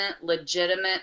legitimate